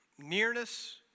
nearness